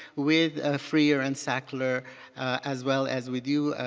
with freer and sackler as well as with you,